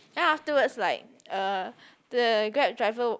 then afterwards like uh the Grab driver